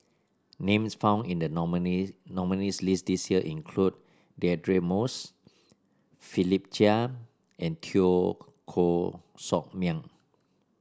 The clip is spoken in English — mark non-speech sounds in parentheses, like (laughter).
names found in the (unintelligible) nominees' list this year include Deirdre Moss Philip Chia and Teo Koh Sock Miang